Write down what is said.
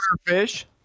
fish